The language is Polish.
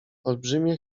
olbrzymie